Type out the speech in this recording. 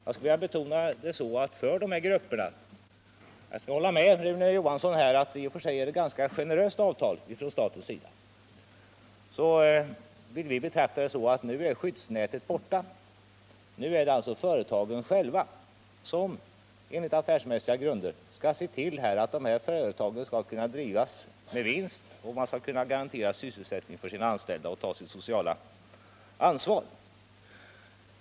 Jag håller med Rune Johansson om att det i och för sig är ett ganska generöst avtal som staten har slutit. Vi vill se det så att nu är skyddsnätet borta. Nu är det företagen själva som på affärsmässiga grunder skall se till att företagen kan drivas med vinst, kan garantera sysselsättning för sina anställda och ta sitt sociala ansvar.